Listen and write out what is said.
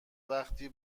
وقتی